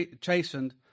chastened